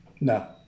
no